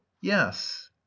yes